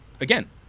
Again